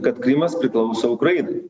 kad krymas priklauso ukrainai